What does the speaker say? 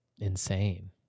insane